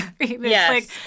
Yes